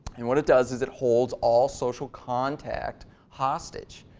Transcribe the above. and what it does is it holds all social contact hostage.